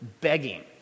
begging